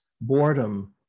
boredom